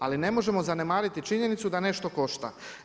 Ali ne možemo zanemariti činjenicu da nešto košta.